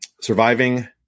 Surviving